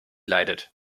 leidet